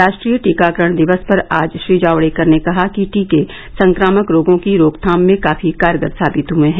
राष्ट्रीय टीकाकरण दिवस पर आज श्री जावड़ेकर ने कहा कि टीके संक्रामक रोगों की रोकथाम में काफी कारगर साबित हुए हैं